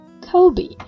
Kobe